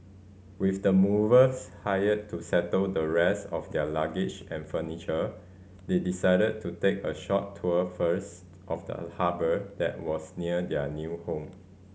with the movers hired to settle the rest of their luggage and furniture they decided to take a short tour first of the harbour that was near their new home